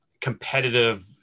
competitive